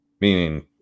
meaning